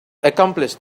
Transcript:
accomplish